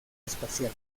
espacial